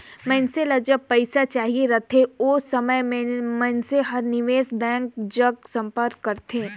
मइनसे ल जब पइसा चाहिए रहथे ओ समे में मइनसे हर निवेस बेंक जग संपर्क करथे